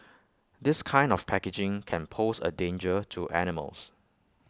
this kind of packaging can pose A danger to animals